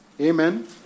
Amen